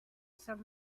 some